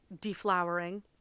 deflowering